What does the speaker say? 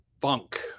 funk